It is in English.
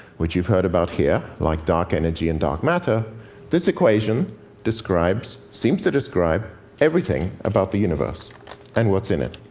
which you've heard about here like dark energy and dark matter this equation describes, seems to describe everything about the universe and what's in it.